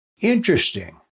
Interesting